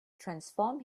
transform